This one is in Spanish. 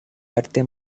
arte